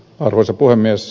arvoisa puhemies